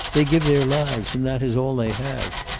they give their lives, and that is all they have.